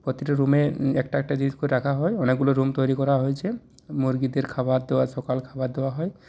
প্রতিটা রুমে একটা একটা জিনিস করে রাখা হয় অনেকগুলো রুম তৈরি করা হয়েছে মুরগিদের খাবার দেওয়া সকালে খাবার দেওয়া হয়